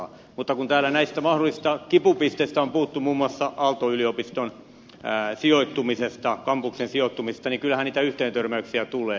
mutta kun täällä näistä mahdollisista kipupisteistä on puhuttu muun muassa aalto yliopiston kampuksen sijoittumisesta niin kyllähän niitä yhteentörmäyksiä tulee